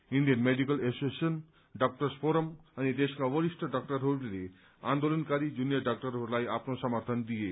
Indian Medical Association doctors forum अनि देशका वरिष्ठ डाक्टरहस्ले आन्दोलनकारी जूनियन डाक्टरहस्लाई आफ्नो समर्थन दिए